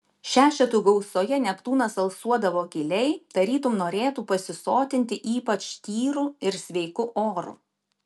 šešetų gausoje neptūnas alsuodavo giliai tarytum norėtų pasisotinti ypač tyru ir sveiku oru